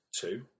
two